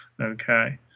okay